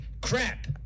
crap